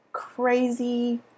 crazy